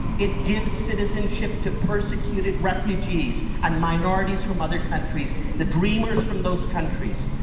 it gives citizenship to persecuted refugees, and minorities from other countries. the dreamers from those countries.